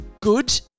good